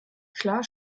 klar